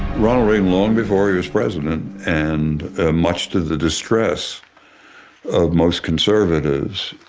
ronald reagan, long before he was president and much to the distress of most conservatives,